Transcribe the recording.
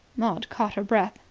maud caught her breath.